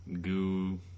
goo